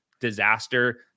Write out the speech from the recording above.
disaster